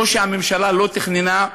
או שהממשלה לא תכננה,